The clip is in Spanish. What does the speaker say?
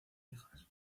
hijas